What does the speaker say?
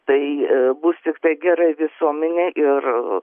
tai bus tiktai gerai visuomenei ir